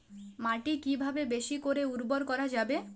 মাটি কিভাবে বেশী করে উর্বর করা যাবে?